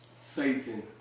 Satan